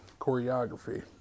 choreography